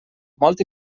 mòlt